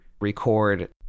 record